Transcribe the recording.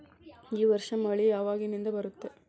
ಈ ವರ್ಷ ಮಳಿ ಯಾವಾಗಿನಿಂದ ಬರುತ್ತದೆ?